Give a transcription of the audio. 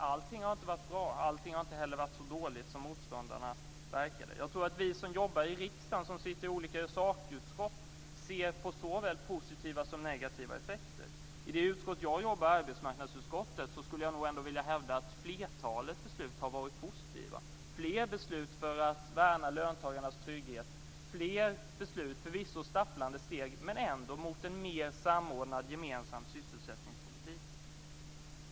Allting har inte varit bra. Allting har inte heller varit så dåligt som motståndarna påstod att det skulle bli. Vi som jobbar i riksdagen och som sitter i olika sakutskott ser såväl positiva som negativa effekter. Jag skulle ändå vilja hävda att flertalet av de beslut som har berört det utskott som jag jobbar i - arbetsmarknadsutskottet - har varit positiva. Det har fattats fler beslut för att värna löntagarnas trygghet och fler beslut - förvisso stapplande steg, men ändå - mot en mer samordnad gemensam sysselsättningspolitik.